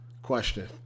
Question